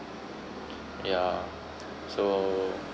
yeah so